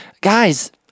guys